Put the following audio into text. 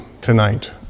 tonight